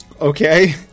Okay